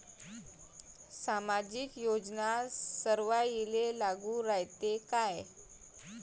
सामाजिक योजना सर्वाईले लागू रायते काय?